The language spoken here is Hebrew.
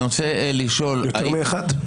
יותר מאחד?